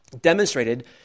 demonstrated